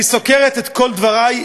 אני סוקרת את כל דברי.